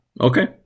Okay